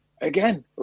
again